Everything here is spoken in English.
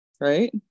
right